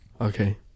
Okay